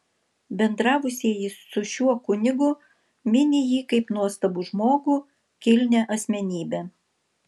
bendravusieji su šiuo kunigu mini jį kaip nuostabų žmogų kilnią asmenybę